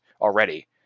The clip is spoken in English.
already